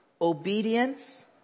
Obedience